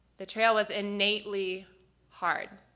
the trail was innately hard.